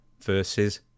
versus